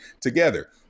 together